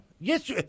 Yes